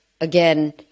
again